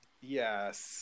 yes